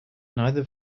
neither